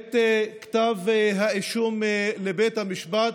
את כתב האישום לבית המשפט,